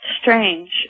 strange